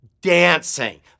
dancing